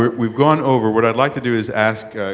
we've gone over. what i'd like to do is ask,